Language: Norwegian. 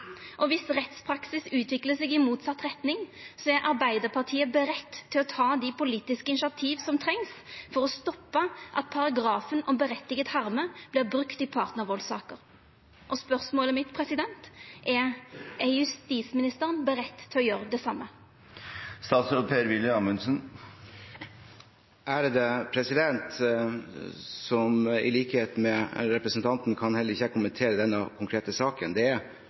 Viss rettspraksis utviklar seg i motsett retning, er Arbeidarpartiet budd på å ta dei politiske initiativa som trengst for å stoppa at paragrafen om «berettiget harme» vert brukt i partnarvaldssaker. Spørsmålet mitt er: Er justisministeren budd på å gjera det same? I likhet med representanten kan heller ikke jeg kommentere denne konkrete saken. Det er